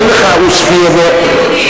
אין לך עספיא, תן לי